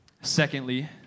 secondly